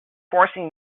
forcing